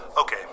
Okay